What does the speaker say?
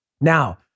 Now